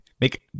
make